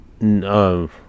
No